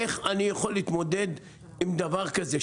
איך אני יכול להתמודד עם דבר כזה?